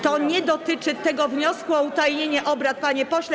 To nie dotyczy tego wniosku o utajnienie obrad, panie pośle.